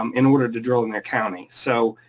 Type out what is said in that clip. um in order to drill in their county. so